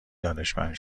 دانشمند